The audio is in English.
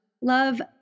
Love